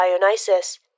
Dionysus